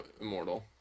immortal